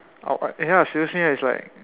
outright ya seriously is like